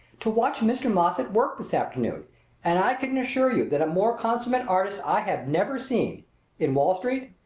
to watch mr. moss at work this afternoon and i can assure you that a more consummate artist i have never seen in wall street,